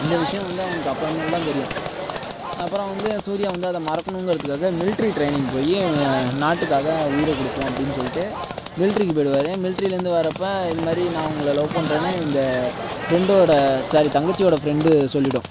அந்த விஷயம் வந்து அவனுக்கு அப்புறமேல்தான் தெரியும் அப்புறம் வந்து சூர்யா வந்து அதை மறக்கணுங்கிறதுக்காக மில்ட்ரி டிரைனிங் போய் நாட்டுக்காக உயிரை கொடுப்போம் அப்படின்னு சொல்லிட்டு மிலிட்டரிக்கு போய்டுவார் மிலிட்ரிலேந்து வரப்ப இது மாதிரி நான் உங்களை லவ் பண்றேன்னு இந்த ஃபிரெண்டோட சாரி தங்கச்சியோட ஃபிரெண்டு சொல்லிவிடும்